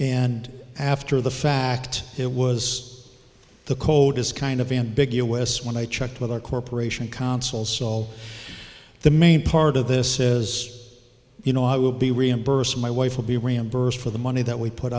and after the fact it was the code is kind of ambiguous when i checked with our corporation council so all the main part of this is you know i will be reimbursed my wife will be reimbursed for the money that we put